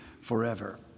forever